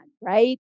right